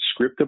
scriptable